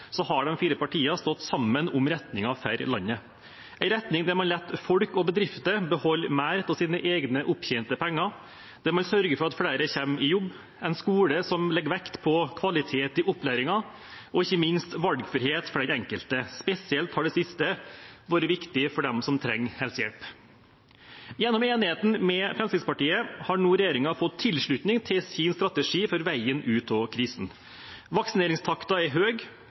har de fire partiene stått sammen om retningen for landet – en retning der man lar folk og bedrifter beholde mer av sine egne opptjente penger, der man sørger for at flere kommer i jobb, en skole som legger vekt på kvalitet i opplæringen, og ikke minst valgfrihet for den enkelte. Spesielt har det siste vært viktig for dem som trenger helsehjelp. Gjennom enigheten med Fremskrittspartiet har regjeringen nå fått tilslutning til sin strategi for veien ut av krisen. Vaksineringstakten er